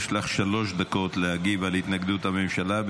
יש לך שלוש דקות להגיב על התנגדות הממשלה,